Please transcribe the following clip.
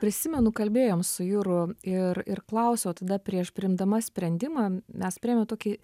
prisimenu kalbėjom su juru ir ir klausiau tada prieš priimdama sprendimą mes priėmėm tokį